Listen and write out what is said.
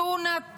תאונת